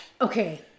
okay